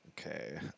Okay